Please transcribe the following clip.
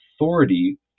authority